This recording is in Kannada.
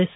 ಎಸ್